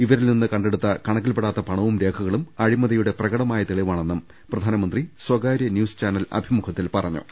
ഇവരിൽനിന്ന് കണ്ടെടുത്ത കണക്കിൽപ്പെടാത്ത പണവും രേഖകളും അഴിമതിയുടെ പ്രക ടമായ തെളിവാണെന്നും പ്രധാനമന്ത്രി സ്വകാര്യ ന്യൂസ് ചാനൽ അഭിമുഖ ത്തിൽ പറഞ്ഞു